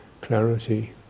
clarity